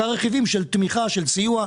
רכיבים של סיוע,